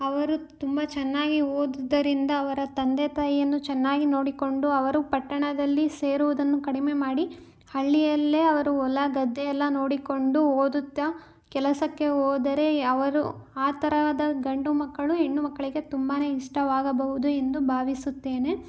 ಅವರು ತುಂಬ ಚೆನ್ನಾಗಿ ಓದಿದ್ದರಿಂದ ಅವರ ತಂದೆ ತಾಯಿಯನ್ನು ಚೆನ್ನಾಗಿ ನೋಡಿಕೊಂಡು ಅವರು ಪಟ್ಟಣದಲ್ಲಿ ಸೇರುವುದನ್ನು ಕಡಿಮೆ ಮಾಡಿ ಹಳ್ಳಿಯಲ್ಲೇ ಅವರು ಹೊಲ ಗದ್ದೆಯೆಲ್ಲ ನೋಡಿಕೊಂಡು ಓದುತ್ತಾ ಕೆಲಸಕ್ಕೆ ಹೋದರೆ ಅವರು ಆ ತರಹದ ಗಂಡು ಮಕ್ಕಳು ಹೆಣ್ಣು ಮಕ್ಕಳಿಗೆ ತುಂಬಾ ಇಷ್ಟವಾಗಬಹುದು ಎಂದು ಭಾವಿಸುತ್ತೇನೆ